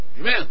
Amen